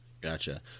Gotcha